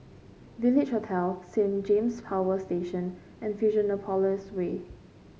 Village Hotel Saint James Power Station and Fusionopolis Way